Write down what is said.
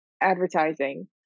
advertising